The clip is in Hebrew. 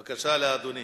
בבקשה, אדוני.